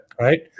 right